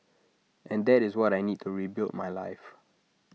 and that is what I need to rebuild my life